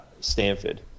Stanford